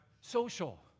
social